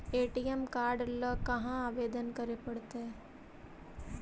ATM card ल कहा आवेदन करे पड़तै?